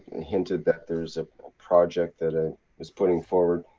and hinted that there's a project, that i was putting forward.